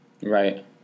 right